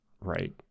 Right